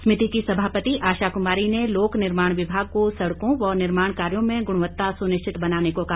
समिति की सभापति आशा कुमारी ने लोक निर्माण विभाग को सड़कों व निर्माण कार्यों में गुणवत्ता सुनिश्चित बनाने को कहा